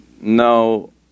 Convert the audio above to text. No